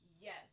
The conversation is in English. yes